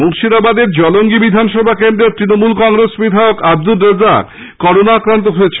মুর্শিদাবাদের জলঙ্গী বিধানসভা কেন্দ্রের তৃণমূল কংগ্রেস বিধায়ক আব্দুর রাজ্জাক করোনা আক্রান্ত হয়েছেন